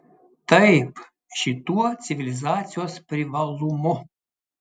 taip šituo civilizacijos privalumu